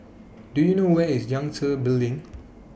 Do YOU know Where IS Yangtze Building